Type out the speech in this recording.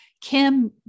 Kim